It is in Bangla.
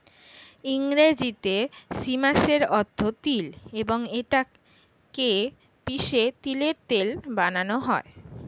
ইংরেজিতে সিসামের অর্থ তিল এবং এটা কে পিষে তিলের তেল বানানো হয়